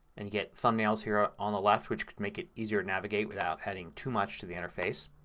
and you get thumbnails here ah on the left which can make it easier to navigate without adding too much to the interface.